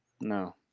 No